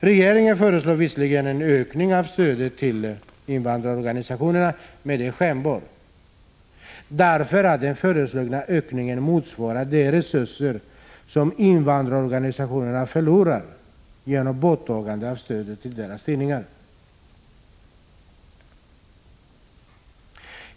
Regeringen föreslår visserligen en ökning av stödet till invandrarorganisationerna, men den är skenbar därför att den föreslagna ökningen motsvarar de resurser som invandrarorganisationerna förlorar genom borttagandet av stödet till deras tidningar.